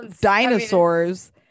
dinosaurs